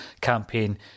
campaign